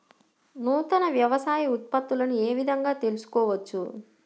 నూతన వ్యవసాయ ఉత్పత్తులను ఏ విధంగా తెలుసుకోవచ్చు?